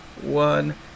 one